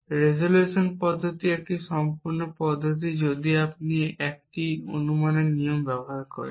resolution পদ্ধতি একটি সম্পূর্ণ পদ্ধতি যদি আপনি শুধুমাত্র 1 টি অনুমানের নিয়ম ব্যবহার করেন